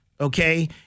Okay